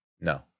No